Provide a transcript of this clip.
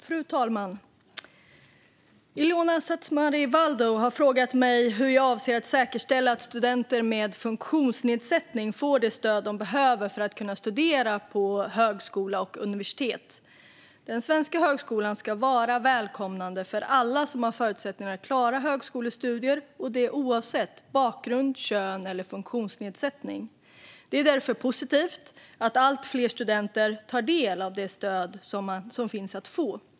Fru talman! Ilona Szatmari Waldau har frågat mig hur jag avser att säkerställa att studenter med funktionsnedsättning får det stöd de behöver för att kunna studera på högskola och universitet. Den svenska högskolan ska vara välkomnande för alla som har förutsättningar att klara högskolestudier, oavsett bakgrund, kön eller funktionsnedsättning. Det är därför positivt att allt fler studenter tar del av de stöd som finns att få.